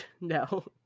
no